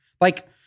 Like-